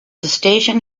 station